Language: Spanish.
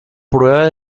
prueba